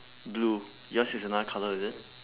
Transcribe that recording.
blue yours is another colour is it